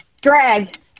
Drag